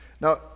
Now